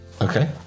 Okay